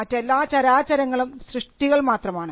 മറ്റെല്ലാ ചരാചരങ്ങളും സൃഷ്ടികൾ മാത്രമാണ്